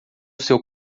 seu